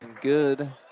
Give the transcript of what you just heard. good